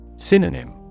Synonym